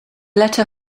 letter